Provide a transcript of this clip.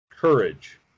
courage